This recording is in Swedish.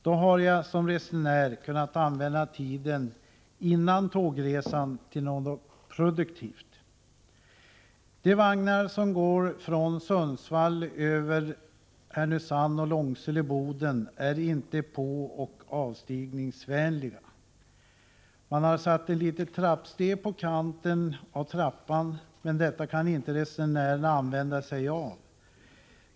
Då hade jag som resenär kunnat använda tiden före tågresan till något produktivt. De vagnar som går från Sundsvall över Härnösand-Långsele-Boden är inte påoch avstigningsvänliga. Man har satt ett litet trappsteg på kanten av trappan, men detta kan inte resenärerna använda sig av.